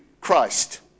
Christ